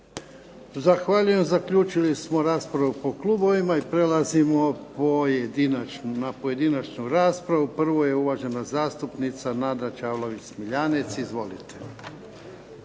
Zahvaljujem. Zaključili smo raspravu po klubovima i prelazimo na pojedinačnu raspravu. Prvo je uvažena zastupnica Nada Čavlović Smiljanec. Izvolite.